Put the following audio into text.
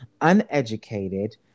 uneducated